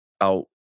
out